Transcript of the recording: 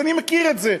אני מכיר את זה.